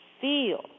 feel